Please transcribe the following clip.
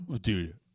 dude